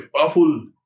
powerful